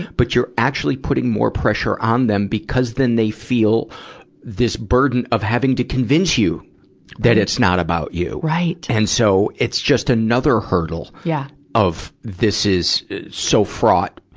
but you're actually putting more pressure on them because then they feel this burden of having to convince you that it's not about you. right! and so, it's just another hurdle yeah of, this is so fraught.